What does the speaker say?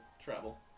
travel